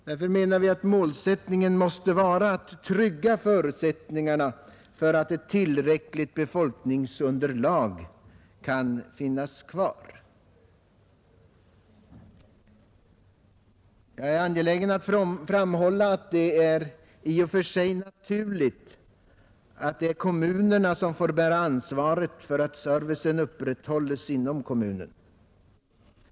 Därför menar vi att målsättningen måste vara att trygga förutsättningarna för att ett tillräckligt befolkningsunderlag kan finnas kvar. Jag är angelägen att framhålla att det i och för sig är naturligt att kommunerna får bära ansvaret för att servicen upprätthålles inom kommunerna.